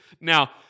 now